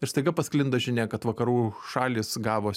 ir staiga pasklinda žinia kad vakarų šalys gavo